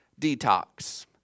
Detox